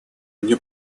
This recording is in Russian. мне